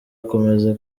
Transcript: akomeza